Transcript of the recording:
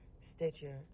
Stitcher